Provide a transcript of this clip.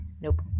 Nope